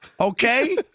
Okay